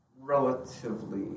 relatively